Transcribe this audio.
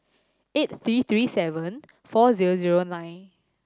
eight three three seven four zero zero nine